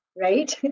right